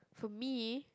for me